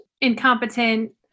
incompetent